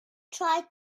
tried